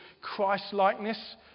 Christ-likeness